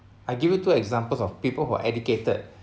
I give you two examples of people who are educated